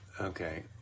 Okay